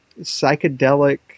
psychedelic